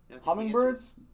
Hummingbirds